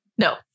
No